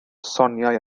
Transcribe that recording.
soniai